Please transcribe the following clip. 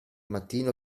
mattino